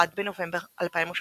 1 בנובמבר 2018